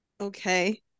Okay